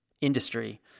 industry